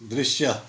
दृश्य